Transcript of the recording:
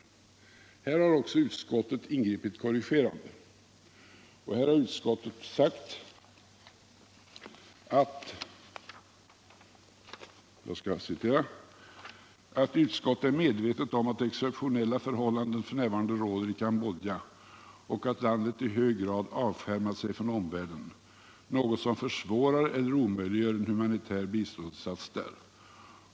16 Här har också utskottet ingripit korrigerande och sagt: ”Utskottet är medvetet om att exceptionella förhållanden f. n. råder i Cambodja och att landet i hög grad avskärmat sig från omvärlden, något sor försvårar eller omöjliggör en humanitär biståndsinsats där.